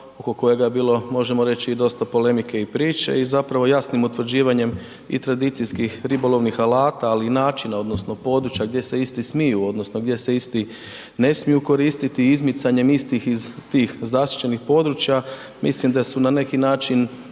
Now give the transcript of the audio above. oko kojega je bilo možemo reći i dosta polemike i priče. I zapravo jasnim utvrđivanjem i tradicijskih ribolovnih alata ali i načina odnosno područja gdje se isti smiju odnosno gdje se isti ne smiju koristiti i izmicanjem istih iz tih zaštićenih područja mislim da su na neki način